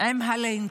עם הלינק.